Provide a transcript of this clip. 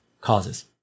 causes